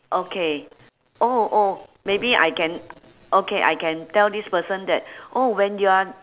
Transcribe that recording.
okay oh oh maybe I can okay I can tell this person that oh when you are